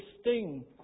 sting